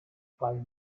beim